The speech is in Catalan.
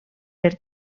per